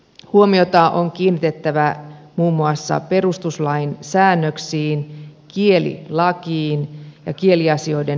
huomiota on kiinnitettävä muun muassa perustuslain säännöksiin kielilakiin ja kieliasioiden erityislainsäädäntöön